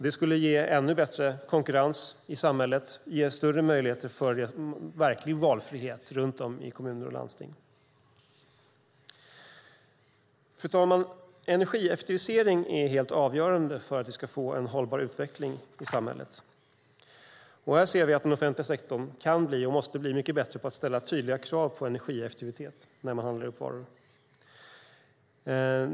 Det skulle ge ännu bättre konkurrens i samhället och ge större möjligheter för verklig valfrihet runt om i kommuner och landsting. Fru talman! Energieffektivisering är helt avgörande för att vi ska få en hållbar utveckling i samhället. Här ser vi att den offentliga sektorn kan och måste bli mycket bättre på att ställa krav på energieffektivitet när varor handlas upp.